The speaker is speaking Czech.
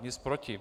Nic proti.